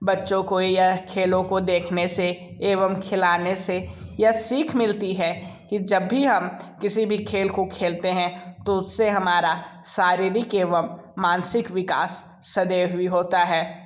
बच्चों को यह खेलों को देखने से एवं खिलाने से यह सीख मिलती है कि जब भी हम किसी भी खेल को खेलते हैं तो उससे हमारा शारीरिक एवं मानसिक विकास सदैव भी होता है